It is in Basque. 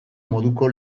moduko